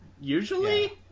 usually